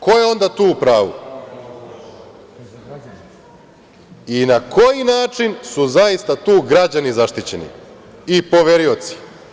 Ko je onda tu u pravu i na koji način su zaista tu građani zaštićeni i poverioci?